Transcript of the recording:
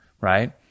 right